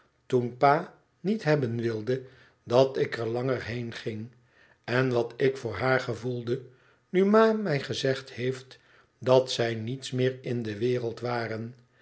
toen pa niet hebben wilde dat ik er langer heen ging en wat ik voor haar gevoelde nu ma mij gezegd heeft dat zij niets meer in de wereld waren